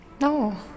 No